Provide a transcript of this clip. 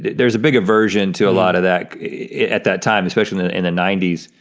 there's a big aversion to a lot of that at that time, especially in the ninety s.